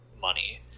money